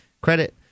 credit